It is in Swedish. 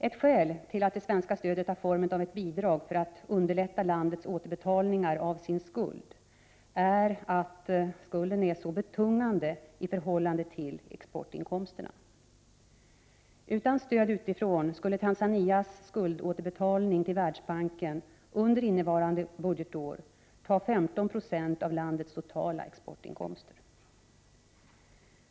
Ett skäl till att det svenska stödet tar formen av ett bidrag för att underlätta landets återbetalningar av sin skuld är att skulden är så betungande i förhållande till exportinkomsterna. Utan stöd utifrån skulle Tanzanias återbetalning av skulden till Världsbanken under innevarande budgetår ta 15 20 av landets totala exportinkomster.